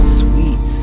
sweet